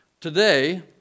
Today